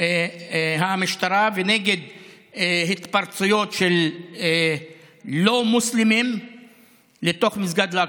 המשטרה ונגד התפרצויות של לא מוסלמים לתוך מסגד אל-אקצא,